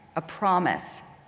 a promise,